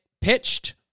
pitched